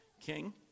king